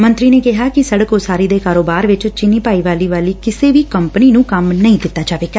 ਮੰਤਰੀ ਨੇ ਕਿਹਾ ਕਿ ਸੜਕ ਉਸਾਰੀ ਦੇ ਕਾਰੋਬਾਰ ਵਿਚ ਚੀਨੀ ਭਾਈਵਾਲੀ ਵਾਲੀ ਕਿਸੇ ਵੀ ਕੰਪਨੀ ਨੂੰ ਕੰਮ ਨਹੀਂ ਦਿੱਤਾ ਜਾਵੇਗਾ